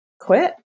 quit